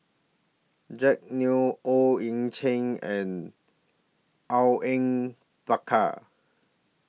Jack Neo Owyang Chi and Awang Bakar